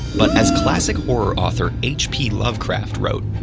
but as classic horror author h p. lovecraft wrote,